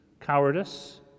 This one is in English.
cowardice